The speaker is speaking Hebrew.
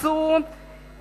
מצאו